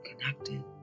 connected